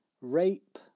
Rape